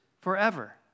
forever